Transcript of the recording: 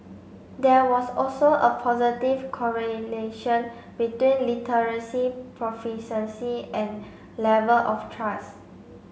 there was also a positive correlation between literacy proficiency and level of trust